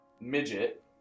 midget